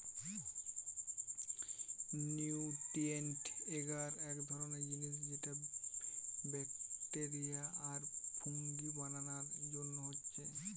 nutrient এগার এক ধরণের জিনিস যেটা ব্যাকটেরিয়া আর ফুঙ্গি বানানার জন্যে হচ্ছে